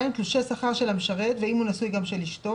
תלושי שכר של המשרת או של המשרת ואם הוא נשוי גם של אשתו,